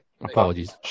Apologies